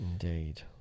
Indeed